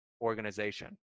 organization